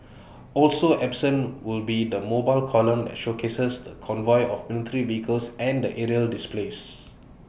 also absent will be the mobile column that showcases the convoy of military vehicles and the aerial displays